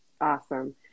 awesome